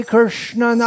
Krishna